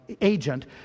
agent